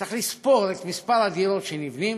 צריך לספור את מספר הדירות שנבנות